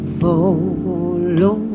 follow